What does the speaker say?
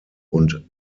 und